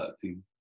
team